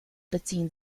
beziehen